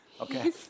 Okay